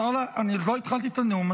אני עוד לא התחלתי את הנאום.